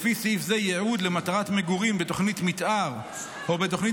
לפי סעיף זה ייעוד למטרת מגורים בתוכנית מתאר או בתוכנית